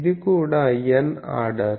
ఇది కూడా N order